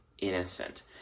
innocent